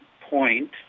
point